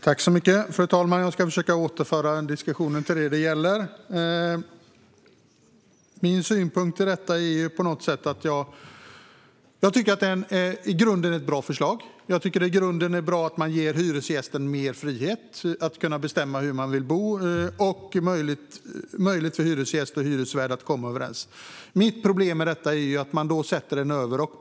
Fru talman! Jag ska försöka återföra diskussionen till det som den gäller. Jag tycker att det i grunden är ett bra förslag. Jag tycker att det i grunden är bra att man ger hyresgästen mer frihet att bestämma hur man vill bo och möjlighet för hyresgäst och hyresvärd att komma överens. Mitt problem med detta är att man då sätter på en överrock.